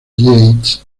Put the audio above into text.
yates